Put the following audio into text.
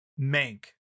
Mank